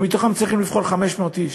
ומתוכם צריך לבחור 500 איש.